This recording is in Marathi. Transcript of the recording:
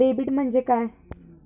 डेबिट म्हणजे काय?